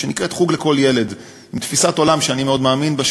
שנקראת "חוג לכל ילד" מין תפיסת עולם שאני מאוד מאמין בה,